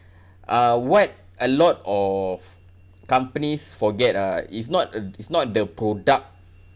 uh what a lot of companies forget ah it's not a it's not the product